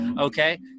Okay